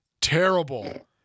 terrible